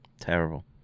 Terrible